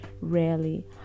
rarely